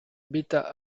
bêta